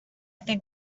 think